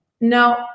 No